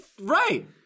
Right